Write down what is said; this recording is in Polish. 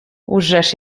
łżesz